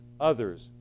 others